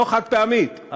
לא חד-פעמית,